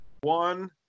One